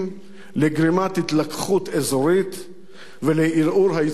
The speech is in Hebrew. לגרימת התלקחות אזורית ולערעור היציבות הפנימית.